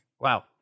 Wow